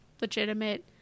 legitimate